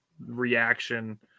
Reaction